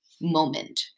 moment